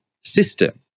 system